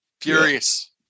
furious